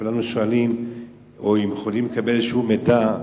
האם אפשר לקבל מידע,